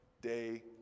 Day